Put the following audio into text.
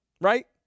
Right